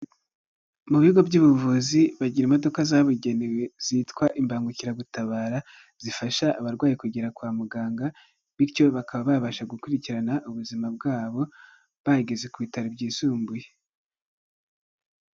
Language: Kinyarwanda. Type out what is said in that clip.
Mu bigo by'ubuvuzi bagira imodoka zabugenewe zitwa imbangukiragutabara, zifasha abarwayi kugera kwa muganga bityo bakaba babasha gukurikirana ubuzima bwabo bageze ku bitaro byisumbuye.